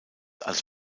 als